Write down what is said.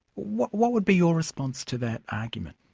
what would be your response to that argument?